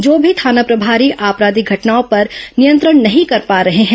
जो भी थाना प्रभारी अपराधिक घटनाओं पर नियंत्रण नहीं कर पा रहे हैं